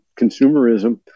consumerism